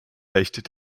recht